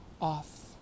off